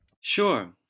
Sure